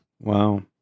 Wow